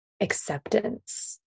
acceptance